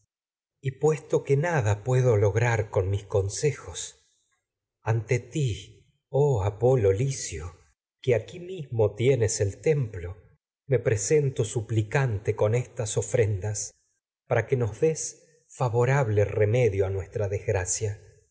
y puesto ante que nada pue lograr mis consejos ti oh apolo licio que aquí mismo tienes el con templo nos me presento suplicante estas ofrendas para que pues des favorable remedio ver a nuestra desgracia